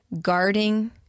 guarding